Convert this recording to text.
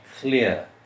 clear